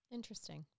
Interesting